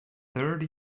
thirty